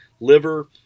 liver